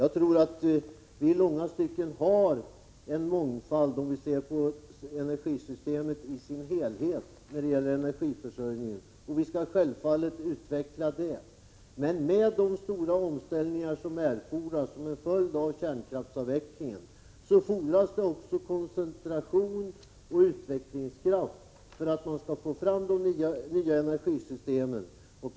Jag tror att det i långa stycken finns en mångfald, om vi ser till energisystemet i dess helhet, och det skall självfallet utvecklas. Med de stora omställningar som erfordras som en följd av kärnkraftsavvecklingen krävs det emellertid också koncentration och utvecklingskraft för att få fram nya energisystem.